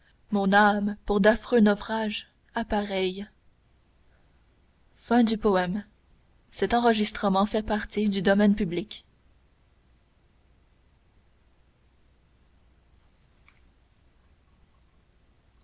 mon âme pour d'affreux naufrages appareille